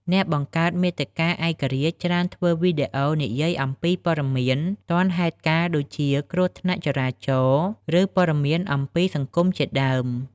អ្នកបង្កើតមាតិកាឯករាជ្យច្រើនធ្វើវីដេអូនិយាយអំពីពត៌មានទាន់ហេតុការណ៍ដូចជាគ្រោះថ្នាក់ចរាចរណ៍ ឬ ព័ត៌មានអំពីសង្គមជាដើម។។